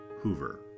Hoover